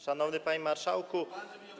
Szanowny Panie Marszałku!